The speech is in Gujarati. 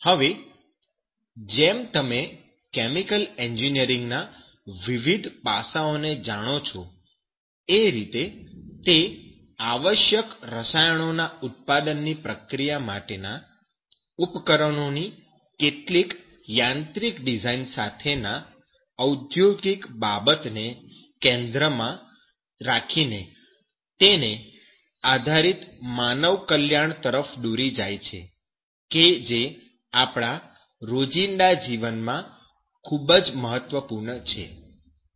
હવે જેમ તમે કેમિકલ એન્જિનિયરિંગ ના વિવિધ પાસાઓને જાણો છો એ રીતે તે આવશ્યક રસાયણોના ઉત્પાદન ની પ્રક્રિયા માટેના ઉપકરણો ની કેટલીક યાંત્રિક ડિઝાઈન સાથેના ઔદ્યોગિક બાબતને કેન્દ્રમાં રાખીને તેને આધારિત માનવ કલ્યાણ તરફ દોરી જાય છે કે જે આપણા રોજિંદા જીવનમાં ખૂબ જ મહત્વપૂર્ણ છે